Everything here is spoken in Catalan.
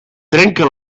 trenca